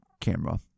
camera